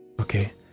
Okay